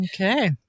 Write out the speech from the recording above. Okay